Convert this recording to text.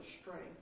strength